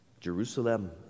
Jerusalem